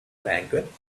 banquet